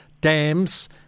dams